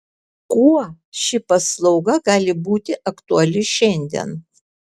kuo ši paslauga gali būti aktuali šiandien